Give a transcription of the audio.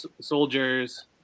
soldiers